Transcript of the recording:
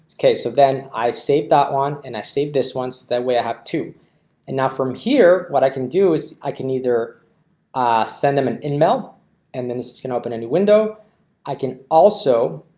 okay, so then i saved that one and i saved this one so that way i have to and now from here, what i can do is i can either send them an email and then this is going to open any window i can also.